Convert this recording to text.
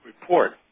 report